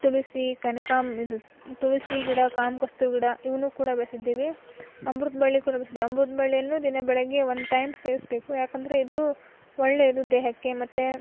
ತುಳಸಿ ಕನಕಾಮ್ ಇದು ತುಳಸಿ ಗಿಡ ಕಾಮ ಕಸ್ತೂರಿ ಗಿಡ ಇವನ್ನು ಕೂಡ ಬೆಳೆಸಿದ್ದೀವಿ ಅಮೃತ ಬಳ್ಳಿ ಕೂಡ ಬೆಳೆಸ್ದೆ ಅಮೃತ ಬಳ್ಳಿಯನ್ನು ದಿನ ಬೆಳಗ್ಗೆ ಒಂದು ಟೈಮ್ ಸೇವಿಸ್ಬೇಕು ಯಾಕೆಂದರೆ ಇದು ಒಳ್ಳೆಯದು ದೇಹಕ್ಕೆ ಮತ್ತು